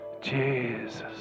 Jesus